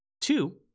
Two